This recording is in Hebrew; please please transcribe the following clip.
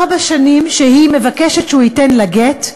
ארבע שנים שהיא מבקשת שהוא ייתן לה גט,